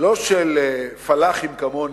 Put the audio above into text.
לא של פלאחים כמוני,